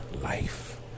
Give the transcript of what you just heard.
life